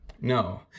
No